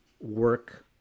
work